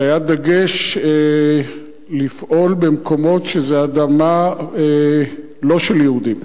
שהיה דגש לפעול במקומות שזו אדמה לא של יהודים?